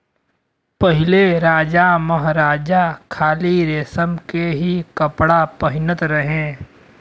पहिले राजामहाराजा खाली रेशम के ही कपड़ा पहिनत रहे